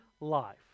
life